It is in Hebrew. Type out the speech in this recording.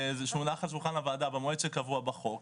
זה שהונח על שולחן הוועדה המועד שקבוע בחוק.